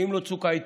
ואם לא צוק העיתים